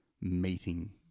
meeting